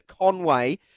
Conway